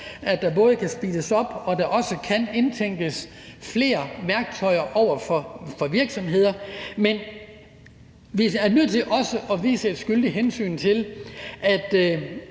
at der både kan speedes op, og at der også kan indtænkes flere værktøjer over for virksomheder, men vi er nødt til også at udvise et skyldigt hensyn til,